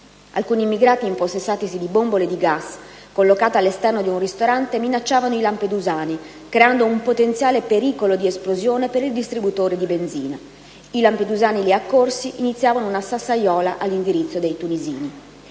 Alcuni immigrati, impossessatisi di bombole di gas collocate all'esterno di un ristorante, minacciavano i lampedusani, creando un potenziale pericolo di esplosione per il distributore di benzina. I lampedusani lì accorsi iniziavano una sassaiola all'indirizzo dei tunisini.